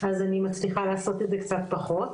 אז אני מצליחה לעשות את זה קצת פחות.